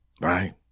right